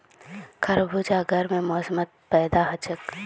खरबूजा गर्म मौसमत पैदा हछेक